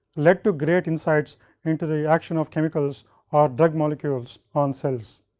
led to great insights in to the action of chemicals or drug molecules on cells.